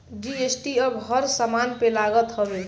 GST अब हर समान पे लागत हवे